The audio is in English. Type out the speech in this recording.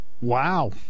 Wow